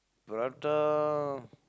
prata